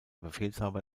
befehlshaber